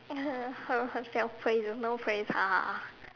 herself praise no praise